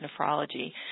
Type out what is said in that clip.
nephrology